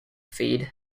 feed